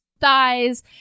thighs